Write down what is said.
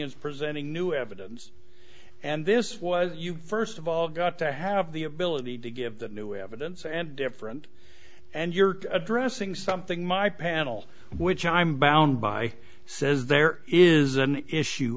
is presenting new evidence and this was first of all got to have the ability to give the new evidence and different and you're addressing something my panel which i'm bound by says there is an issue